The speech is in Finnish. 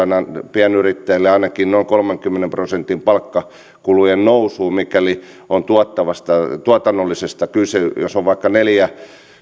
pienyrittäjille ainakin noin kolmenkymmenen prosentin palkkakulujen nousua mikäli on tuotannollisesta kyse jos on vaikka neljä